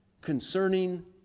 concerning